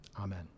Amen